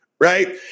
right